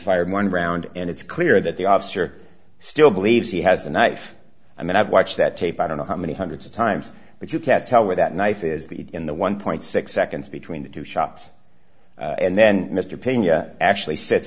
fired one round and it's clear that the officer still believes he has the knife i mean i've watched that tape i don't know how many hundreds of times but you can't tell where that knife is but in the one point six seconds between two shots and then mr pena actually sit